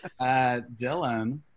Dylan